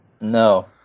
No